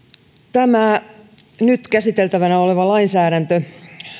tämä nyt käsiteltävänä oleva lainsäädäntö